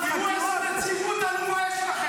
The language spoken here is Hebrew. --- תראו איזו נציגות עלובה יש לכם.